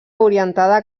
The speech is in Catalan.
orientada